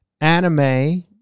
anime